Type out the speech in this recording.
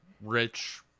rich